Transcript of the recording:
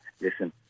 listen